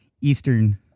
Eastern